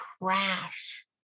crash